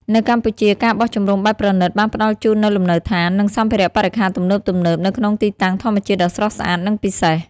នៅកម្ពុជា ការបោះជំរំបែបប្រណីត បានផ្តល់ជូននូវលំនៅដ្ឋាន និងសម្ភារៈបរិក្ខារទំនើបៗ នៅក្នុងទីតាំងធម្មជាតិដ៏ស្រស់ស្អាត និងពិសេស។